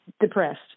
depressed